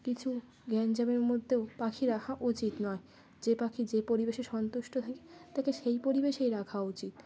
কিছু গ্যাঞ্জামের মধ্যেও পাখি রাখা উচিত নয় যে পাখি যে পরিবেশে সন্তুষ্ট থাকে তাকে সেই পরিবেশেই রাখা উচিত